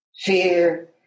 fear